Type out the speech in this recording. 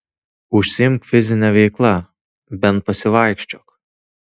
užsiimk fizine veikla bent pasivaikščiok